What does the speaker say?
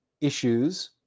issues